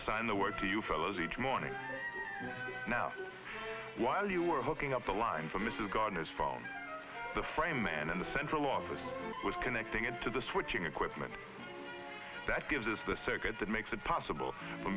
assign the word to you fellows each morning now while you are hooking up the line for mrs gardner's phone the frame man in the central office was connecting it to the switching equipment that gives us the circuit that makes it possible for